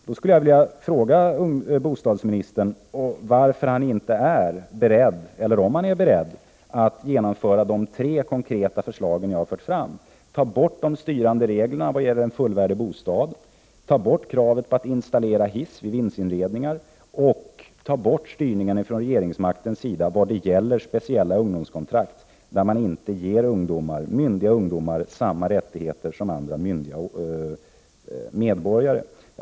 Jag skulle vilja fråga bostadsministern om han är beredd att genomföra de tre konkreta förslag jag har fört fram här, och om så ej är fallet varför han inte vill göra det: ta bort de styrande reglerna vad gäller ”en fullvärdig bostad”, ta bort kravet på att installera hiss vid vindsinredningar och ta bort styrningen från regeringsmaktens sida vad gäller speciella ungdomskontrakt, där man inte ger myndiga ungdomar samma rättigheter som andra myndiga medborgare.